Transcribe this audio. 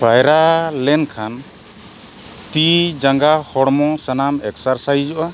ᱯᱟᱭᱨᱟ ᱞᱮᱱ ᱠᱷᱟᱱ ᱛᱤ ᱡᱟᱸᱜᱟ ᱦᱚᱲᱢᱚ ᱥᱟᱱᱟᱢ ᱮᱠᱥᱟᱨᱥᱟᱭᱤᱡᱚᱜᱼᱟ